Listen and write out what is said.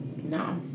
No